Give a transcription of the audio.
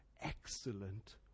excellent